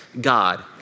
God